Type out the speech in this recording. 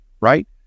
right